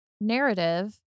narrative